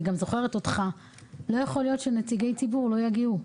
אני גם זוכרת אותך בנושא לא יכול להיות שנציגי ציבור לא יגיעו.